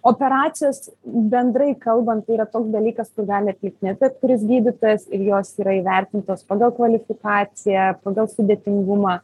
operacijos bendrai kalbant tai yra toks dalykas kur gali atlikt ne bet kuris gydytojas ir jos yra įvertintos pagal kvalifikaciją pagal sudėtingumą